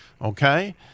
okay